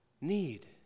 need